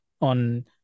on